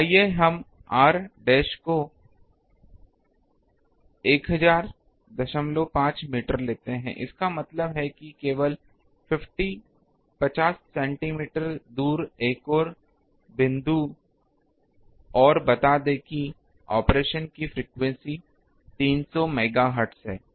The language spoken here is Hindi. आइए हम r डैश को 10005 मीटर लेते हैं इसका मतलब है केवल 50 सेंटीमीटर दूर एक और बिंदु और बता दें कि ऑपरेशन की फ्रीक्वेंसी 300 मेगाहर्ट्ज है